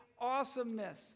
awesomeness